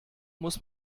muss